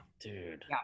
dude